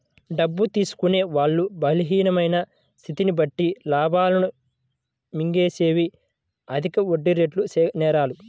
డబ్బు తీసుకునే వాళ్ళ బలహీనమైన స్థితిని బట్టి లాభాలను మింగేసేవే అధిక వడ్డీరేటు నేరాలు